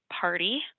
party